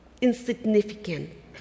insignificant